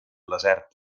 desert